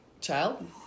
child